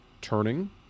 turning